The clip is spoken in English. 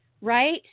right